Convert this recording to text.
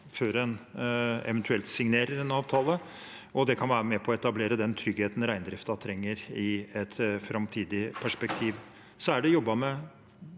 før en eventuelt signerer en avtale. Det kan være med på å etablere den tryggheten reindriften trenger i et framtidig perspektiv. Det er jobbet med